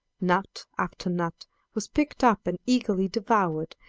nut after nut was picked up and eagerly devoured,